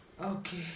Okay